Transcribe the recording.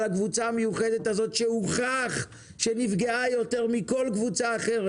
הקבוצה המיוחדת הזאת שהוכח שנפגעה יותר מכל קבוצה אחרת.